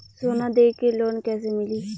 सोना दे के लोन कैसे मिली?